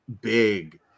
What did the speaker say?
big